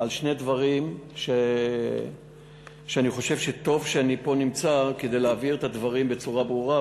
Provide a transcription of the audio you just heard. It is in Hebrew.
לשני דברים שאני חושב שטוב שאני פה נמצא כדי להבהיר אותם בצורה ברורה,